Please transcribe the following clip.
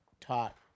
taught